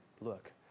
look